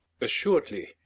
Assuredly